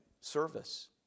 Service